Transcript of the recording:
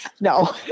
No